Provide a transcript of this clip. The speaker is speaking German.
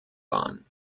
waren